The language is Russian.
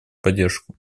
поддержку